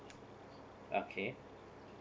okay